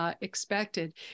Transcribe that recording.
Expected